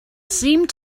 seemed